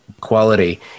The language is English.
quality